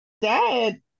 dad